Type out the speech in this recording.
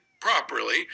properly